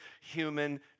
human